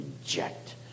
reject